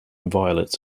violets